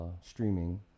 streaming